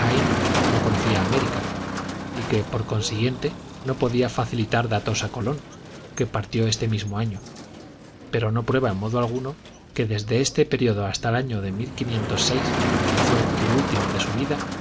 no conocía américa y que por consiguiente no podía facilitar datos a colón que partió este mismo año pero no prueba en modo alguno que desde este período hasta el año de que fué el último de su vida